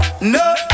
no